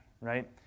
right